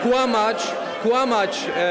Kłamać, kłamać.